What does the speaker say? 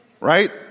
right